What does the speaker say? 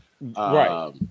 Right